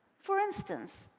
for instance,